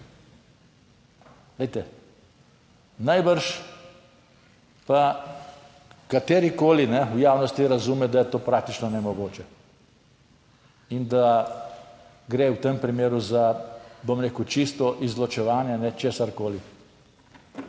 najbrž pa katerikoli v javnosti razume, da je to praktično nemogoče in da gre v tem primeru za, bom rekel, čisto izločevanje česarkoli